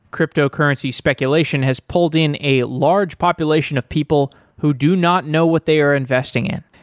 cryptocurrency speculation has pulled in a large population of people who do not know what they are investing in.